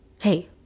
hey